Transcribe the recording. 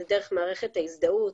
זה דרך מערכת ההזדהות.